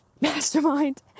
mastermind